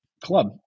club